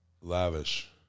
Lavish